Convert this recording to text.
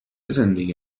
زندگی